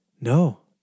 no